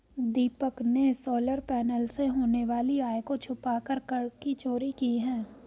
दीपक ने solar panel से होने वाली आय को छुपाकर कर की चोरी की है